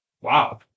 Wow